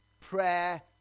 Prayer